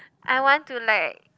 I want to like